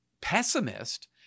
pessimist